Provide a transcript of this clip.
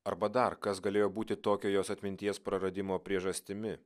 arba dar kas galėjo būti tokio jos atminties praradimo priežastimi